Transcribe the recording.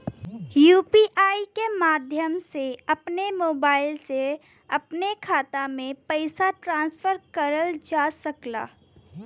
UPI के माध्यम से अपने मोबाइल से अपने खाते में पइसा ट्रांसफर करल जा सकला